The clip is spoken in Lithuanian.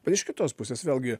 iš kitos pusės vėlgi